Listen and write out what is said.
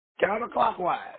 Counterclockwise